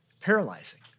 paralyzing